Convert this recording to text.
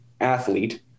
athlete